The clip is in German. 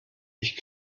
ich